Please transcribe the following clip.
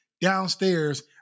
Downstairs